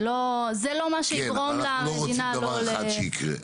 זה לא מה שיגרום למדינה לא --- כן,